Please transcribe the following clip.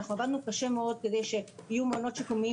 אנחנו עבדנו קשה מאוד כדי שיהיו מעונות שיקומיים